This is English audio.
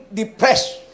depressed